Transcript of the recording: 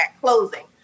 closing